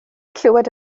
clywed